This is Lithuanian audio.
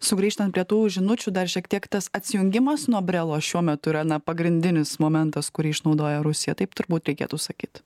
sugrįžtant prie tų žinučių dar šiek tiek tas atsijungimas nuo brelo šiuo metu yra na pagrindinis momentas kurį išnaudoja rusija taip turbūt reikėtų sakyt